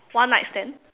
one night stand